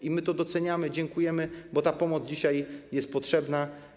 I my to doceniamy, dziękujemy, bo ta pomoc dzisiaj jest potrzebna.